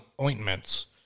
ointments